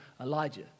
Elijah